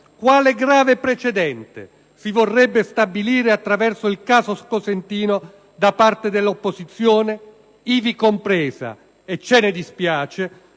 quale grave precedente si vorrebbe stabilire attraverso il caso Cosentino da parte dell'opposizione, ivi compresa - e ce ne dispiace